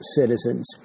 citizens